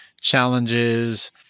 challenges